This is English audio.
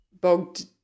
bogged